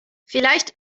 vielleicht